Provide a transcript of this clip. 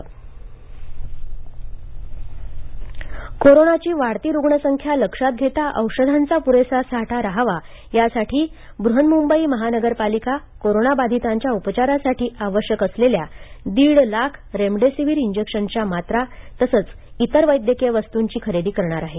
मुंबई अतिरिक्त oxygen cylinder खरेदी कोरोनाची वाढती रुग्णसंख्या लक्षांत घेता औषधांचा पुरेसा साठा राहावा यासाठी बृहन्मुंबई महानगरपालिका कोरोनाबाधितांच्या उपचारासाठी आवश्यक असलेल्या दिड लाख रेमडेसिवीर इंजेक्शनच्या मात्रा तसंच इतर वैद्यकीय वस्तूंचा खरेदी करणार आहे